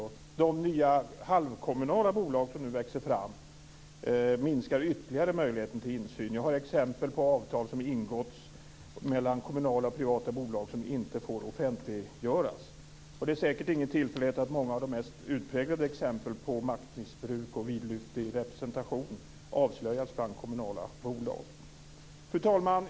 Och de nya halvkommunala bolag som nu växer fram minskar ytterligare möjligheten till insyn. Jag har exempel på avtal som har ingåtts mellan kommunala och privata bolag som inte får offentliggöras. Det är säkert ingen tillfällighet att många av de mest utpräglade exempel på maktmissbruk och vidlyftig representation avslöjas bland kommunala bolag. Fru talman!